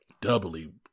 doubly